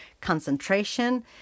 concentration